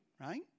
right